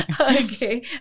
Okay